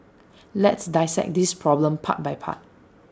let's dissect this problem part by part